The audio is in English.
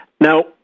Now